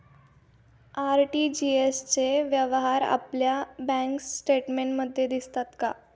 RTGS चे व्यवहार आपल्या बँक स्टेटमेंटमध्ये दिसतात का?